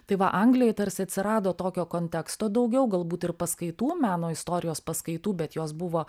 tai va anglijoj tarsi atsirado tokio konteksto daugiau galbūt ir paskaitų meno istorijos paskaitų bet jos buvo